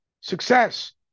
success